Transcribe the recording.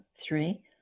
three